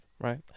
right